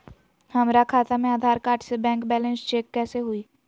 हमरा खाता में आधार कार्ड से बैंक बैलेंस चेक कैसे हुई?